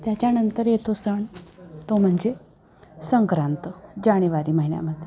त्याच्यानंतर येतो सण तो म्हणजे संक्रांत जानेवारी महिन्यामध्ये